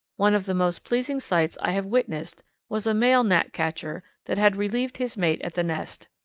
one of the most pleasing sights i have witnessed was a male gnatcatcher that had relieved his mate at the nest.